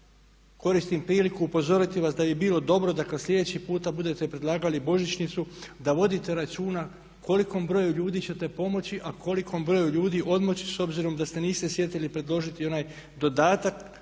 koristim priliku upozoriti vas da bi bilo dobro da kad sljedeći puta budete predlagali božićnicu da vodite računa kolikom broju ljudi ćete pomoći, a kolikom broju ljudi odmoći s obzirom da se niste sjetili predložiti onaj dodatak,